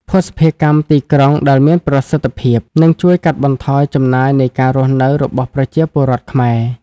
ភស្តុភារកម្មទីក្រុងដែលមានប្រសិទ្ធភាព នឹងជួយកាត់បន្ថយចំណាយនៃការរស់នៅរបស់ប្រជាពលរដ្ឋខ្មែរ។